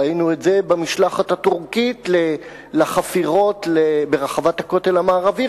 ראינו את זה במשלחת הטורקית לחפירות ברחבת הכותל המערבי.